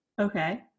Okay